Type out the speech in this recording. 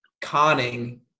conning